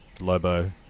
Lobo